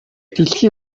дэлхий